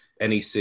NEC